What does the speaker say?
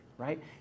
right